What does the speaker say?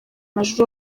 maj